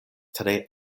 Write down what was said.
tre